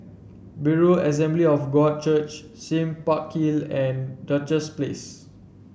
Berean Assembly of God Church Sime Park Hill and Duchess Place